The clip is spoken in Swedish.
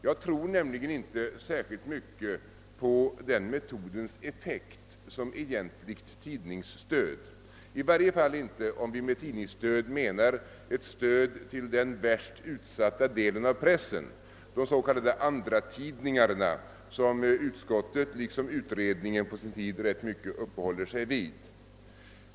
Jag tror nämligen inte särskilt mycket på den här metodens effekt som egentligt lidningsstöd, i varje fall inte om vi med tidningsstöd menar ett stöd till den värst utsatta delen av pressen, de så kallade andratidningarna, vilka utskottet uppehåller sig vid rätt mycket liksom utredningen på sin tid gjorde.